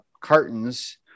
cartons